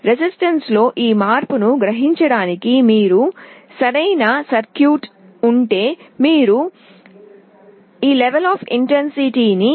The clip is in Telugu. ప్రతిఘటనలో ఈ మార్పును గ్రహించడానికి మీకు సరైన సర్క్యూట్ ఉంటే మీరు కాంతి తీవ్రత స్థాయినిlevel of light intensity